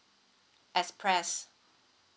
express